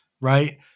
right